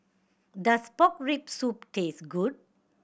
does pork rib soup taste good